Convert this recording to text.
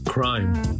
Crime